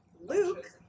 Luke